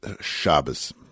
Shabbos